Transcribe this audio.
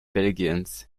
belgiens